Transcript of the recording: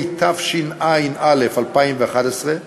התשע"א 2011,